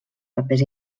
papers